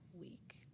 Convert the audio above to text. week